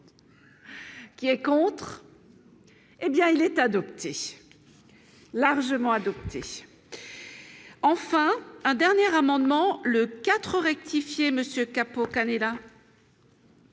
Qui est contre, hé bien il est adopté largement adopté. Enfin, un dernier amendement le 4 rectifier monsieur